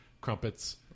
crumpets